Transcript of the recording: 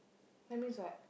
that means what